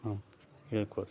ನಾವು ಹೇಳ್ಕೊಳ್ಳು